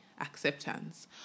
acceptance